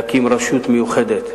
להקים רשות מיוחדת,